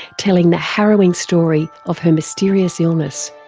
telling the harrowing story of her mysterious illness.